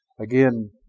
again